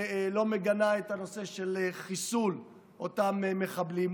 שלא מגנה את הנושא של חיסול אותם מחבלים,